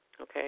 okay